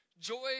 Joy